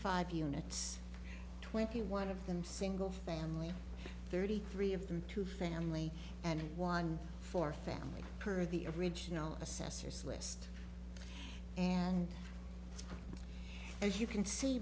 five units twenty one of them single family thirty three of them to family and one for family per the original assessors list and as you can see